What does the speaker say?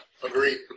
Agreed